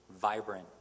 vibrant